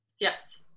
Yes